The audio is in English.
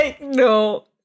no